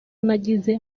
nagize